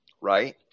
right